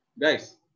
Guys